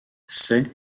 c’est